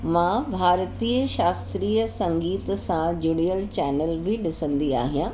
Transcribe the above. मां भारतीय शास्त्रीअ संगीत सां जुड़ियल चैनल बि ॾिसंदी आहियां